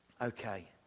Okay